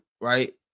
right